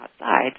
outside